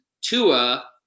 Tua